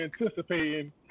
anticipating